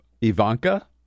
Ivanka